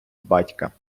батька